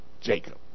Jacob